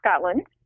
Scotland